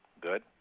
Good